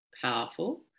powerful